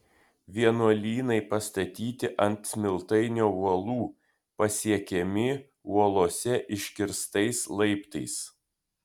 vienuolynai pastatyti ant smiltainio uolų pasiekiami uolose iškirstais laiptais